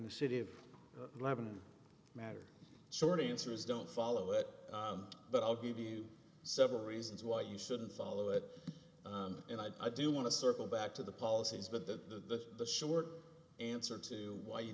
the city of lebanon matter short answers don't follow it but i'll give you several reasons why you shouldn't follow it and i do want to circle back to the policies but the the short answer to why you